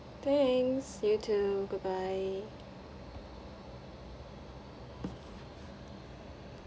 thanks you too bye bye